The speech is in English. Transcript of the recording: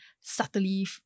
subtly